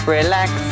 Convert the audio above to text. relax